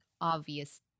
obvious